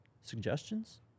Suggestions